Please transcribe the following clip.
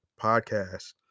Podcast